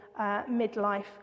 midlife